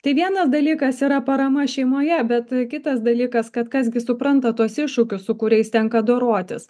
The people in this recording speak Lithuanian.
tai vienas dalykas yra parama šeimoje bet kitas dalykas kad kas gi supranta tuos iššūkius su kuriais tenka dorotis